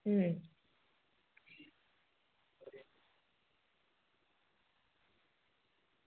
હમ